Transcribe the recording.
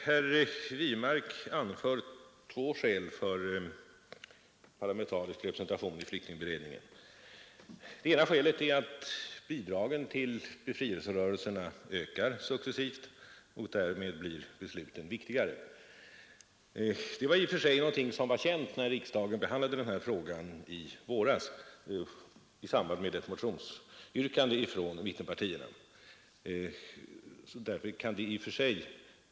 Herr talman! Herr Wirmark anför två skäl för parlamentarisk representation i flyktingberedningen. Det ena skälet är att bidragen till befrielserörelserna ökar successivt, och därmed blir besluten viktigare. Detta var känt när riksdagen behandlade frågan i våras i samband med ett motionsyrkande från mittenpartierna.